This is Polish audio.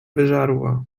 wyżarła